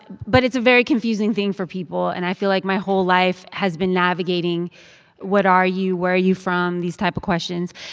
but it's a very confusing thing for people, and i feel like my whole life has been navigating what are you, where are you from? these type of questions.